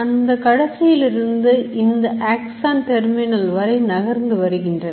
அந்த கடைசியிலிருந்து இந்த Axon terminal வரை நகர்ந்து வருகின்றன